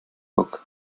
book